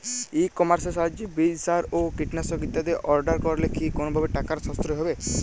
ই কমার্সের সাহায্যে বীজ সার ও কীটনাশক ইত্যাদি অর্ডার করলে কি কোনোভাবে টাকার সাশ্রয় হবে?